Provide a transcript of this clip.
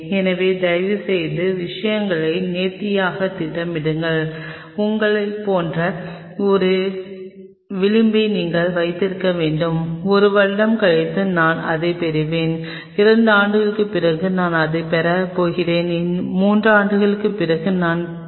எனவே தயவுசெய்து விஷயங்களை நேர்த்தியாகத் திட்டமிடுங்கள் உங்களைப் போன்ற ஒரு விளிம்பை நீங்கள் வைத்திருக்க வேண்டும் ஒரு வருடம் கழித்து நான் இதைப் பெறுவேன் இரண்டு ஆண்டுகளுக்குப் பிறகு நான் இதைப் பெறப் போகிறேன் மூன்று ஆண்டுகளுக்குப் பிறகு நான் போகிறேன்